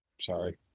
Sorry